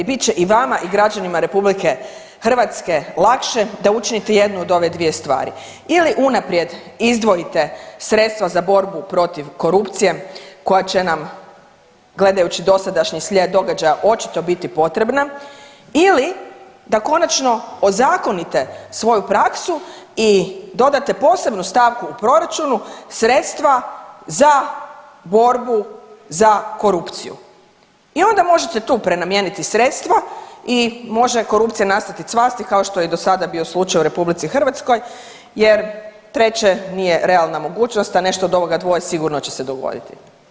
Bit će i vama i građanima RH lakše da učinite jednu od ove dvije stvari ili unaprijed izdvojite sredstva za borbu protiv korupcije koja će nam gledajući dosadašnji slijed događaja očito biti potrebna ili da konačno ozakonite svoju praksu i dodate posebnu stavku u proračunu, sredstva za borbu za korupciju i onda možete tu prenamijeniti sredstva i može korupcija nastaviti cvasti kao što je i dosada bio slučaj u RH jer treće nije realna mogućnost, a nešto od ovoga dvoje sigurno će se dogoditi.